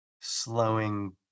slowing